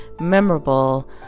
memorable